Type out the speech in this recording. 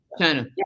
China